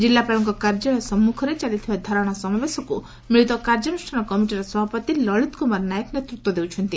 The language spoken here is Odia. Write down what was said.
ଜିଲ୍ଲାପାଳଙ୍କ କାର୍ଯ୍ୟାଳୟ ସମ୍ମୁଖରେ ଚାଲିଥିବା ଧାରଣା ସମାବେଶକୁ ମିଳିତ କ୍ରିୟାନୁଷ୍ଠାନ କମିଟିର ସଭାପତି ଲଳିତ କୁମାର ନାଏକ ନେତୃତ୍ୱ ଦେଉଛନ୍ତି